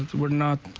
we're not.